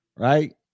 Right